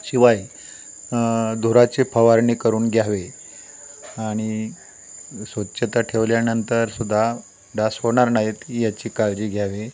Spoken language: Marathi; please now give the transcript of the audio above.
शिवाय धुराची फवारणी करून घ्यावे आणि स्वच्छता ठेवल्यानंतर सुद्धा डास होणार नाहीत ही याची काळजी घ्यावी